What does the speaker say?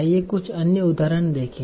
आइए कुछ अन्य उदाहरण देखें